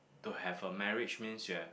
to have a marriage means you have